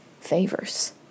favors